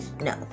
No